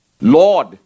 lord